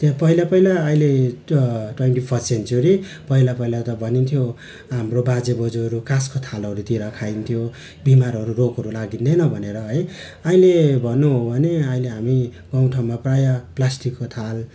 त्यहाँ पहिला पहिला अहिले ट्वा ट्वेन्टी फर्स्ट सेन्चुरी पहिला पहिला त भनिन्थ्यो हाम्रो बाजेबोजूहरू काँसको थालहरूतिर खाइन्थ्यो बिमारहरू रोगहरू लागिँदैन भनेर है अहिले भन्नु हो भने आहिले हामी गाउँठाउँमा प्रायः प्लास्टिक थाल प्लास्टिकको थाल